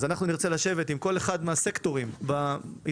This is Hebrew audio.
אז אנחנו נרצה לשבת כל אחד מהסקטורים בעסקי,